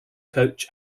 coach